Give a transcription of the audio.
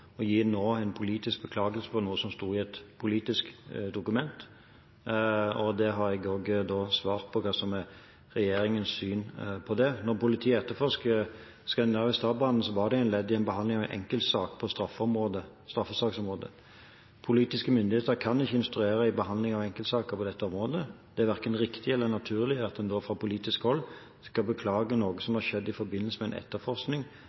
å gi en politisk beklagelse for noe som sto i et politisk dokument, og jeg har svart på hva som er regjeringens syn på det. Da politiet etterforsket Scandinavian Star-brannen, var det et ledd i behandlingen av en enkeltsak på straffesaksområdet. Politiske myndigheter kan ikke instruere i behandlingen av enkeltsaker på dette området. Det er verken riktig eller naturlig at en da fra politisk hold skal beklage noe som har skjedd i forbindelse med en etterforskning